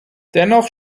dennoch